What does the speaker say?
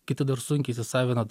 kiti dar sunkiai įsisavina